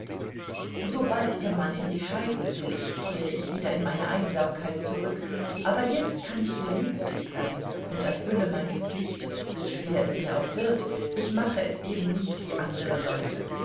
sobald ihr mann in die scheidung willigt kehre ich wieder in meine einsamkeit zurück aber jetzt kann ich hier nützlich sein und erfülle meine pflicht so schwer es mir auch wird ich mache es eben nicht wie andere leute